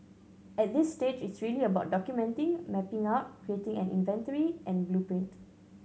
at this stage it's really about documenting mapping out creating an inventory and blueprint